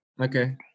okay